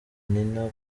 nina